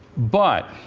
but